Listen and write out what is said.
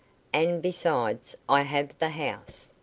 and besides, i have the house.